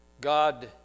God